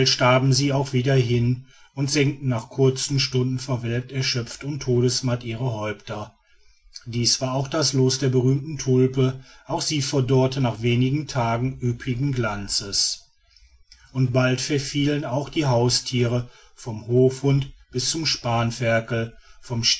starben sie auch wieder hin und senkten nach kurzen stunden verwelkt erschöpft und todtesmatt ihre häupter dies war auch das loos der berühmten tulpe auch sie verdorrte nach wenigen tagen üppigen glanzes und bald verfielen auch die hausthiere vom hofhund bis zum spanferkel vom